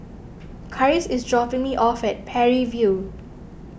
Karis is dropping me off at Parry View